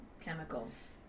chemicals